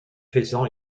faisan